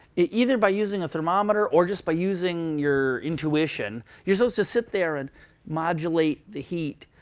either by using a thermometer, or just by using your intuition, you're supposed to sit there and modulate the heat.